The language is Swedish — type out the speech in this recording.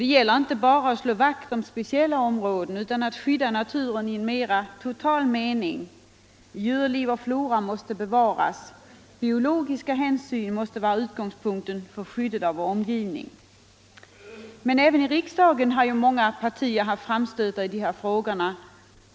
—-—- Det gäller härvid inte blott att slå vakt om speciella områden utan att skydda naturen i en mera total mening. Djurliv och flora måste bevaras. Biologiska hänsyn måste vara utgångspunkter för skyddet av vår omgivning.” Också i riksdagen har många partier gjort framstötar i dessa frågor.